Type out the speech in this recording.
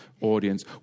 audience